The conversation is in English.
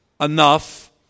enough